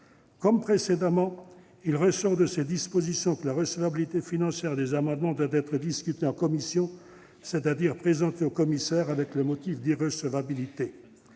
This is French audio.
Comme précédemment, il ressort de ces dispositions que la recevabilité financière des amendements doit être discutée en commission, c'est-à-dire présentée aux commissaires avec le motif d'irrecevabilité.